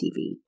TV